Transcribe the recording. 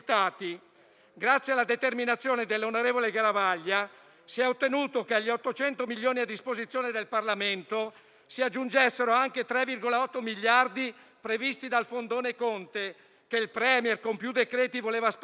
Grazie alla determinazione dell'onorevole Garavaglia, si è ottenuto che, agli 800 milioni a disposizione del Parlamento, si aggiungessero anche 3,8 miliardi previsti dal "fondone" Conte, che il *Premier* con più decreti voleva spartire.